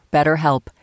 BetterHelp